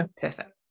perfect